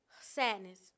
sadness